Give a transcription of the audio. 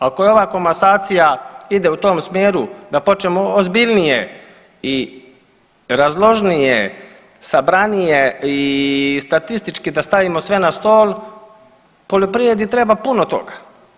Ako ova komasacija ide u tom smjeru da počnemo ozbiljnije i razložnije, sabranije i statistički da stavimo sve na stol poljoprivredi treba puno toga.